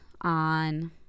on